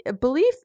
Belief